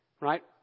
right